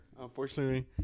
Unfortunately